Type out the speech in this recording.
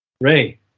Ray